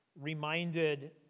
reminded